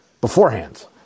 beforehand